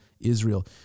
Israel